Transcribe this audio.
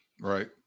Right